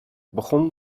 begon